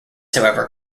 however